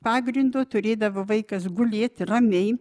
pagrindo turėdavo vaikas gulėti ramiai